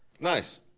nice